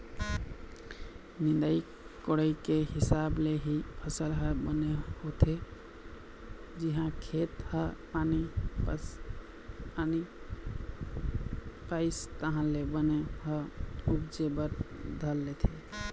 निंदई कोड़ई के हिसाब ले ही फसल ह बने होथे, जिहाँ खेत ह पानी पइस तहाँ ले बन ह उपजे बर धर लेथे